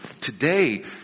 today